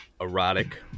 erotic